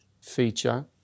feature